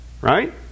right